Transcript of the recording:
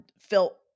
felt